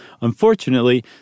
Unfortunately